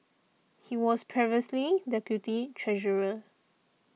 he was previously deputy treasurer